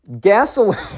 gasoline